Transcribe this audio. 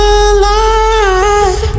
alive